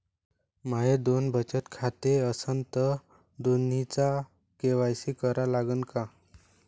माये दोन बचत खाते असन तर दोन्हीचा के.वाय.सी करा लागन का?